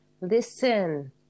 listen